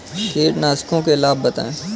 कीटनाशकों के लाभ बताएँ?